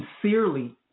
sincerely